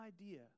idea